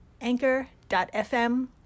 anchor.fm